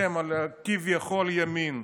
אתם, כביכול ימין.